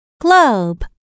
globe